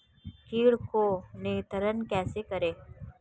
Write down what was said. कीट को नियंत्रण कैसे करें?